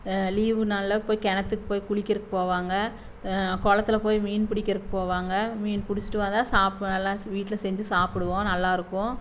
leave நாள்ல போய் கிணத்துக்கு போய் குளிக்கிறதுக்கு போவாங்க குளத்துல போய் மீன் பிடிக்குறக்கு போவாங்க மீன் பிடிச்சிட்டு வந்தால் சாப்பாடுலாம் வீட்டில செஞ்சு சாப்பிடுவோம் நல்லா இருக்கும்